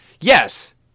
Yes